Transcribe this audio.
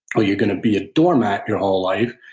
or you're going to be a doormat your whole life.